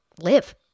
live